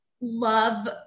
love